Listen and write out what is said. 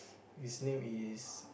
his name is